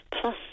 Plus